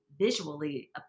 visually